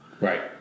Right